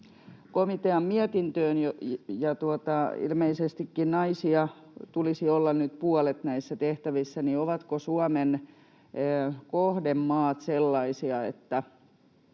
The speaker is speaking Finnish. komitean mietintöön: kun ilmeisestikin naisia tulisi olla nyt puolet näissä tehtävissä, ovatko Suomen kohdemaat sellaisia, että